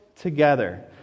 together